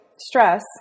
stress